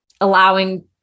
allowing